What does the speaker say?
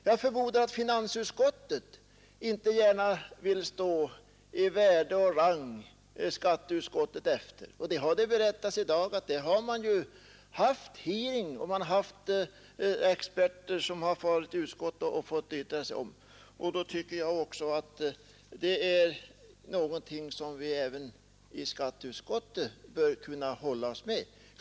Jag förmodar att finansutskottet inte gärna vill stå skatteutskottet efter i värde och rang, och det har berättats i dag att där har man haft hearings, där experter varit och fått yttra sig. Jag tycker att det är någonting som vi även i skatteutskottet bör kunna hålla oss med i vissa frågor.